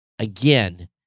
Again